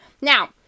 Now